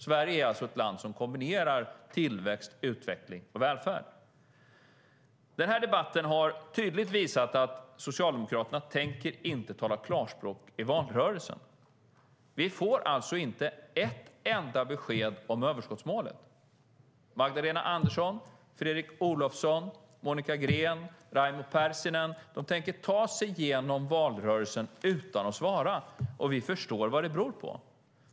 Sverige är alltså ett land som kombinerar tillväxt, utveckling och välfärd. Den här debatten har tydligt visat att Socialdemokraterna inte tänker tala klarspråk i valrörelsen. Vi får alltså inte ett enda besked om överskottsmålet. Magdalena Andersson, Fredrik Olovsson, Monica Green och Raimo Pärssinen tänker ta sig igenom valrörelsen utan att svara, och vi förstår vad det beror på.